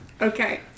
Okay